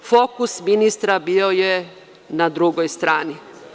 Fokus ministra bio je na drugoj strani.